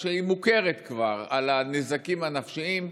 שהיא מוכרת כבר, של הנזקים הנפשיים,